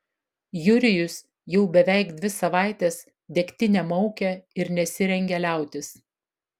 jurijus jau beveik dvi savaites degtinę maukia ir nesirengia liautis